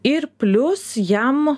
ir plius jam